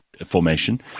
formation